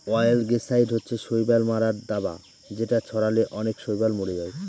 অয়েলগেসাইড হচ্ছে শৈবাল মারার দাবা যেটা ছড়ালে অনেক শৈবাল মরে যায়